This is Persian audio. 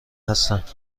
هستند